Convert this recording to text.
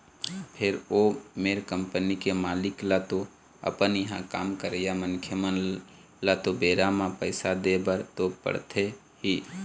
फेर ओ मेर कंपनी के मालिक ल तो अपन इहाँ काम करइया मनखे मन ल तो बेरा म पइसा देय बर तो पड़थे ही